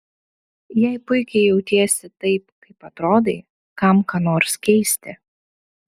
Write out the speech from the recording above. jei puikiai jautiesi taip kaip atrodai kam ką nors keisti